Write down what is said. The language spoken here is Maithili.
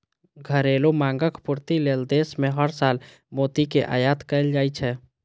घरेलू मांगक पूर्ति लेल देश मे हर साल मोती के आयात कैल जाइ छै